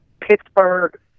Pittsburgh